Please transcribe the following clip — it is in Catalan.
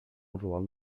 usual